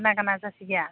ꯀꯅꯥ ꯀꯅꯥ ꯆꯠꯁꯤꯒꯦ